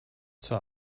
zur